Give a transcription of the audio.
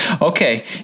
Okay